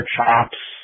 Chops